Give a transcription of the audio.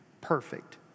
perfect